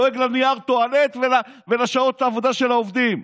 דואג לנייר הטואלט ולשעות העבודה של העובדים.